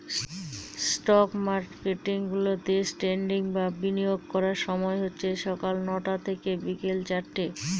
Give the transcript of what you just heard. stock market গুলাতে trading বা বিনিয়োগ করার সময় হচ্ছে সকাল নটা থেকে বিকেল চারটে